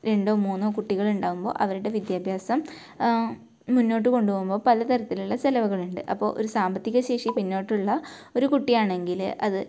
രണ്ടോ മൂന്നോ കുട്ടികളുണ്ടാവുമ്പോൾ അവരുടെ വിദ്യാഭ്യാസം മുന്നോട്ട് കൊണ്ടു പോവുമ്പോൾ പല തരത്തിലുള്ള ചിലവുകളുണ്ട് അപ്പോൾ ഒരു സാമ്പത്തിക ശേഷി പിന്നോട്ടുള്ള ഒരു കുട്ടിയാണെങ്കിൽ അത്